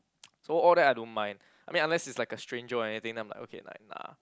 so all that I don't mind I mean unless is like a stranger or anything then I'm like okay like nah